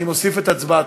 164),